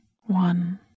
one